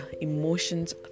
emotions